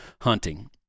hunting